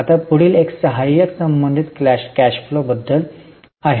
आता पुढील एक सहाय्यक संबंधित कॅश फ्लो बद्दल आहे